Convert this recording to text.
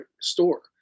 store